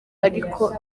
ariko